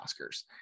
Oscars